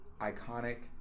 iconic